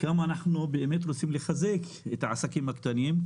כמה אנחנו רוצים לחזק את העסקים הקטנים.